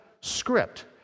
script